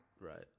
Right